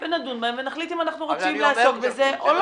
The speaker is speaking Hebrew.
נדון בהם ונחליט אם אנחנו רוצים לעסוק בזה או לא.